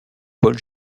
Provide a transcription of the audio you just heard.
paul